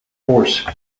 force